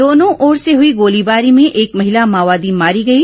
दोनों ओर से हुई गोलीबारी में एक महिला माओवादी मारी गई